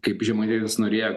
kaip žemaitaitis norėjo